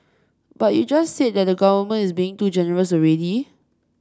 but you just said that the government is being too generous already